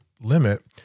limit